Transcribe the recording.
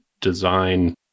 design